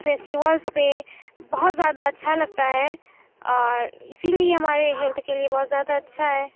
festivals پہ بہت زیادہ اچھا لگتا ہے اور اسی لیے ہمارے ہیلتھ کے لیے بہت زیادہ اچھا ہے